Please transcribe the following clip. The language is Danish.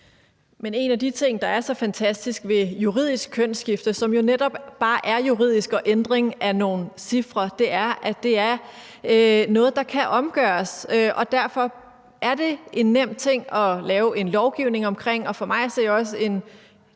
Men en af de ting, der er så fantastisk ved juridisk kønsskifte, som jo netop bare er juridisk og en ændring af nogle cifre, er, at det er noget, der kan omgøres. Derfor er det en nem ting at lave en lovgivning omkring, og for mig at se burde